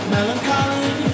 Melancholy